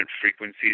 frequencies